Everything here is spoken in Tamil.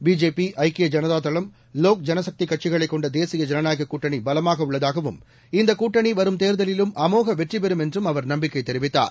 பிஜேபி ஐக்கிய ஜனதா தளம் லோக்ஜனசக்தி கட்சிகளைக் கொண்ட தேசிய ஜனநாயகக் கூட்டணி பலமாக உள்ளதாகவும் இந்த கூட்டணி வரும் தேர்தலிலும் அமோக வெற்றி பெறும் என்றும் அவர் நம்பிக்கை தெரிவித்தார்